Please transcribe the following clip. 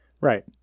Right